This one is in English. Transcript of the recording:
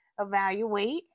evaluate